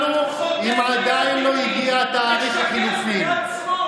משקר ביד שמאל, שקרן פתולוגי.